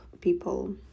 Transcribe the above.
people